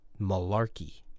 malarkey